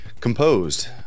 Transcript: composed